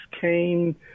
came